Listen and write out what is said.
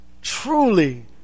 truly